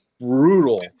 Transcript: brutal